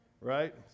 Right